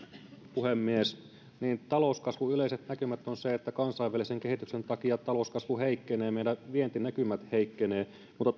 puhemies niin talouskasvun yleiset näkymät ovat että kansainvälisen kehityksen takia talouskasvu heikkenee ja meidän vientinäkymämme heikkenevät mutta